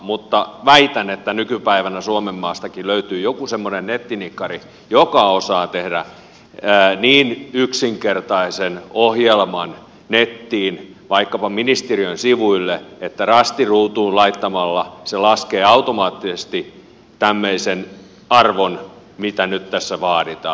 mutta väitän että nykypäivänä suomenmaastakin löytyy joku semmoinen nettinikkari joka osaa tehdä niin yksinkertaisen ohjelman nettiin vaikkapa ministeriön sivuille että rastin ruutuun laittamalla se laskee automaattisesti tämmöisen arvon mitä nyt tässä vaaditaan